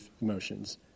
emotions